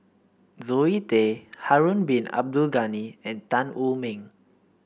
Zoe Tay Harun Bin Abdul Ghani and Tan Wu Meng